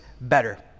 better